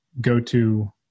go-to